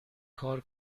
کار